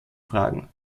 fragen